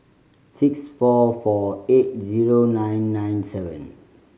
six four four eight zero nine nine seven